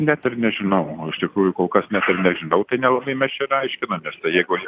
net ir nežinau iš tikrųjų kol kas net ir nežinau tai nelabai mes čia ir aiškinamės tai jeigu